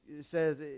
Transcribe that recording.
says